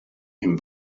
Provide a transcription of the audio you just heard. him